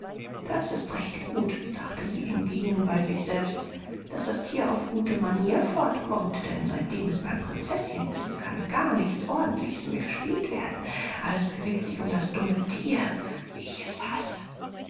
das ist recht gut dachte sie im gehen bei sich selbst daß das thier auf gute manier fortkommt denn seitdem es beim prinzeßchen ist kann gar nichts ordentliches mehr gespielt werden alles bewegt sich um das dumme thier wie ich es hasse